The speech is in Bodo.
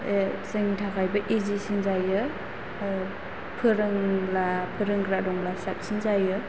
जोंनि थाखाय बो इजि सिन जायो फोरोंब्ला फोरोंग्रा दंब्ला साबसिन जायो